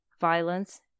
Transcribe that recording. violence